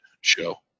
show